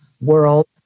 world